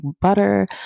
butter